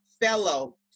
fellow